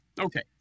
Okay